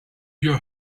your